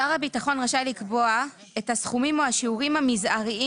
שר הביטחון רשאי לקבוע את הסכומים או השיעורים המזעריים